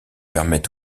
permettent